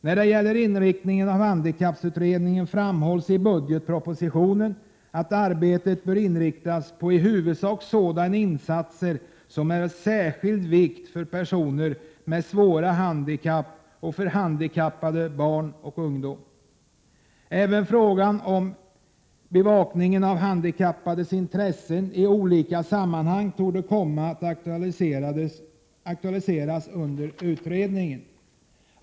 När det gäller inriktningen av handikapputredningens arbete framhålls i budgetpropositionen att arbetet bör inriktas på i huvudsak sådana insatser som är av särskild vikt för personer med svåra handikapp och för handikappade barn och ungdomar. Även frågan om bevakningen av handikappades intressen i olika sammanhang torde komma att aktualiseras under utredningen.